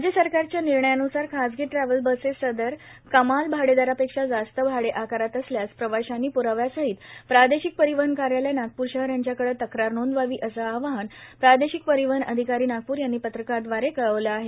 राज्य सरकारच्या निर्णयान्सार खाजगी ट्रॅव्हल्स बसेस सदर कमाल भाडेदरापेक्षा जास्त भाडे आकारत असल्यास प्रवाशांनी प्राव्यासहित प्रादेशिक परिवहन कार्यालय नागपूर शहर यांच्याकडं तक्रार नोंदवावी असं आवाहन प्रादेशिक परिवहन अधिकारी नागपूर यांनी पत्रकाव्दारे कळविलं आहे